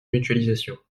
mutualisation